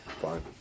fine